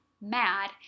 mad